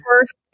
First